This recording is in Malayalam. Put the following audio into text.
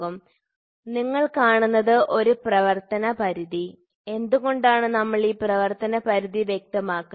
അതിനാലാണ് എല്ലാ സെൻസറുകളിലും ട്രാൻസ്ഡ്യൂസറുകളിലും നിങ്ങൾ കാണുന്നത് ഒരു പ്രവർത്തന പരിധി എന്തുകൊണ്ടാണ് നമ്മൾ ഈ പ്രവർത്തന പരിധി വ്യക്തമാക്കുന്നത്